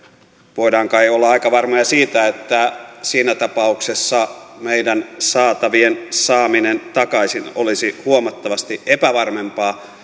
voidaan kai olla aika varmoja siitä että siinä tapauksessa meidän saataviemme saaminen takaisin olisi huomattavasti epävarmempaa